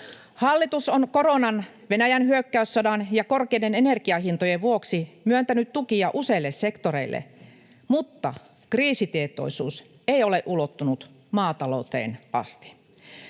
Hallitus on koronan, Venäjän hyökkäyssodan ja korkeiden energianhintojen vuoksi myöntänyt tukia useille sektoreille, mutta kriisitietoisuus ei ole ulottunut maatalouteen asti.